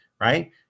right